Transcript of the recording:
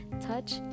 touch